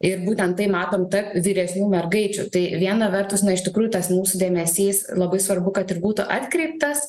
ir būtent tai matom tarp vyresnių mergaičių tai viena vertus na iš tikrųjų tas mūsų dėmesys labai svarbu kad ir būtų atkreiptas